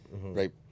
right